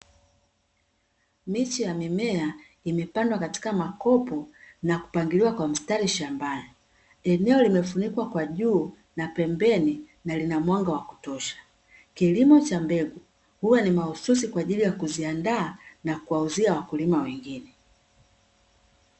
Miche ya mimea imepandwa katika makopo na kupangiliwa kwa mstari shambani. Eneo limefunikwa kwa juu na pembeni na lina mwanga wa kutosha. Kilimo cha mbegu huwa ni mahususi kwa ajili ya kuziandaa na kuwauzia wakulima wengine.